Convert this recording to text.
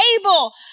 able